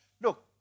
Look